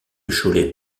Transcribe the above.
cholet